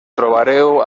trobareu